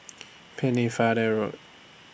Pennefather Road